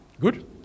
Good